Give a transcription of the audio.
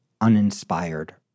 uninspired